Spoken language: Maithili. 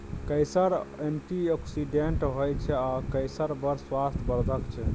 केसर एंटीआक्सिडेंट होइ छै आ केसर बड़ स्वास्थ्य बर्धक छै